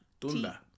Tunda